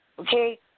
Okay